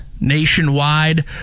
nationwide